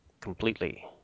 completely